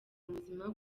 ubuzima